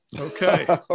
Okay